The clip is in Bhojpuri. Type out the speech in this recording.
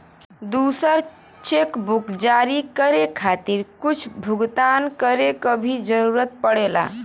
दूसर चेकबुक जारी करे खातिर कुछ भुगतान करे क भी जरुरत पड़ेला